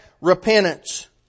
repentance